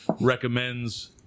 recommends